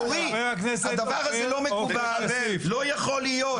הדבר הזה לא מקובל עליי, לא יכול להיות.